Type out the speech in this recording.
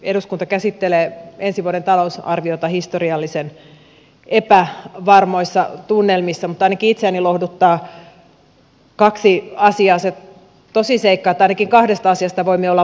eduskunta käsittelee ensi vuoden talousarviota historiallisen epävarmoissa tunnelmissa mutta ainakin itseäni lohduttaa kaksi asiaa se tosiseikka että ainakin kahdesta asiasta voimme olla varmoja